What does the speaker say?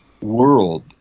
world